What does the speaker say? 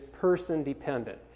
person-dependent